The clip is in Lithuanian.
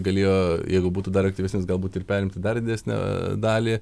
galėjo jeigu būtų dar aktyvesnis galbūt ir perimti dar didesnę dalį